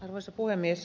arvoisa puhemies